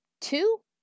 Two